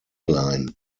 line